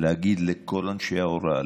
להגיד לכל אנשי ההוראה,